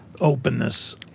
openness